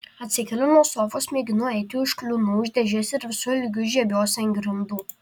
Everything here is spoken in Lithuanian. atsikeliu nuo sofos mėginu eiti užkliūnu už dėžės ir visu ilgiu žiebiuosi ant grindų